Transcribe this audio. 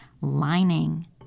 lining